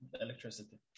electricity